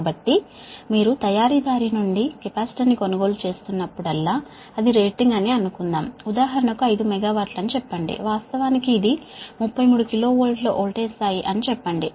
కాబట్టి మీరు తయారీదారు నుండి కెపాసిటర్ను కొనుగోలు చేస్తున్నప్పుడల్లా దాని రేటింగ్ ఉదాహరణకు 5 మెగావాట్లు అని అనుకుందాం వాస్తవానికి ఇది 33 KV వోల్టేజ్ స్థాయి అని చెప్పండి